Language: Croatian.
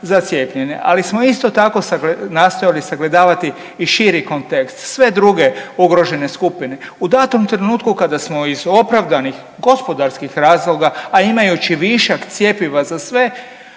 za cijepljenje, ali smo isto tako nastojali sagledavati i širi kontekst, sve druge ugrožene skupine. U datom trenutku kada smo iz opravdanih gospodarskih razloga, a imajući višak cjepiva za sve,